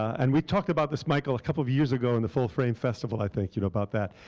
and we talked about this, michael, a couple of years ago in the full frame festival, i think, you know about that.